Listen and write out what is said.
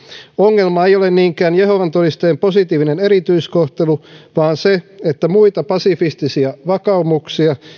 ongelma ei ole niinkään jehovan todistajien positiivinen erityiskohtelu vaan se että muita pasifistisia vakaumuksia